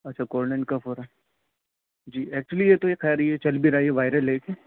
اچھا cold and cough ہو رہا ہے جی ایکچلی یہ تو یہ خیر یہ چل بھی رہا ہے یہ وائرل ہے ایک